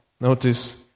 notice